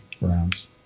rounds